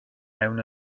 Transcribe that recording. mewn